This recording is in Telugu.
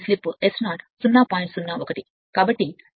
కాబట్టి లోడ్ స్లిప్ లేని S0S0